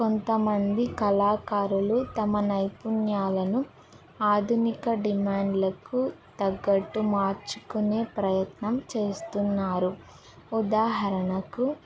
కొంతమంది కళాకారులు తమ నైపుణ్యాలను ఆధునిక డిమాండ్లకు తగ్గట్టు మార్చుకునే ప్రయత్నం చేస్తున్నారు ఉదాహరణకు